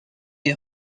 est